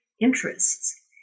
interests